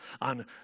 on